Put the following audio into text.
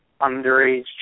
underage